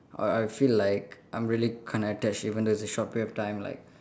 I I'll feel like I'm really kind of attached even though it's a short period of time like